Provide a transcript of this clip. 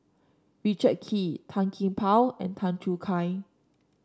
Richard Kee Tan Gee Paw and Tan Choo Kai